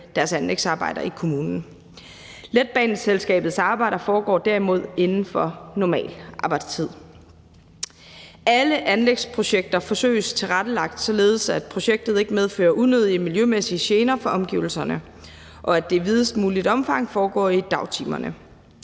deres anlægsarbejder i kommunen. Letbaneselskabets arbejder foregår derimod inden for normal arbejdstid. Alle anlægsprojekter forsøges tilrettelagt, således at projektet ikke medfører unødige miljømæssige gener for omgivelserne, og at det i videst muligt omfang foregår i dagtimerne.